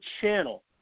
channel